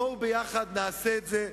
בואו יחד נעשה את זה,